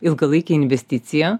ilgalaikė investicija